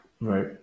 Right